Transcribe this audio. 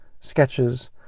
sketches